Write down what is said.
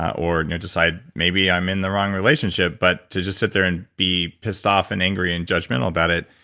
or decide, maybe i'm in the wrong relationship. but to just sit there and be pissed off and angry and judgmental about it,